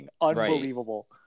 Unbelievable